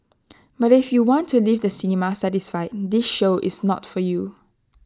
but if you want to leave the cinema satisfied this show is not for you